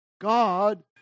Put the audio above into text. God